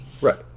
Right